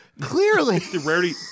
clearly